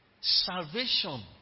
Salvation